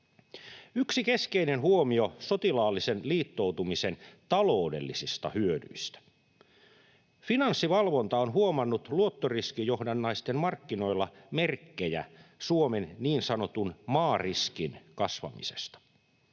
Yksi keskeinen huomio sotilaallisen liittoutumisen taloudellisista hyödyistä: Finanssivalvonta on huomannut luottoriskijohdannaisten markkinoilla merkkejä Suomen niin sanotun maariskin kasvamisesta.